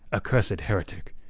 accursed heretic!